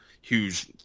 huge